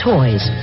Toys